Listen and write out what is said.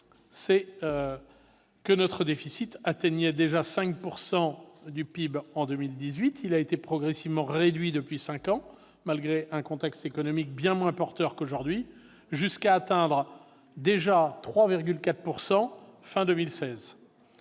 est que notre déficit, qui atteignait 5 % du PIB en 2012, a été progressivement réduit depuis cinq ans, malgré un contexte économique bien moins porteur qu'aujourd'hui, jusqu'à atteindre déjà 3,4 % à